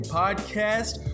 podcast